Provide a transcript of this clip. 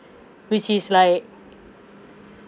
which is like